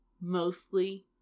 mostly